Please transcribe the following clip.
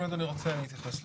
אם אדוני רוצה אני אתייחס לזה.